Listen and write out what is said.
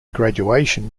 graduation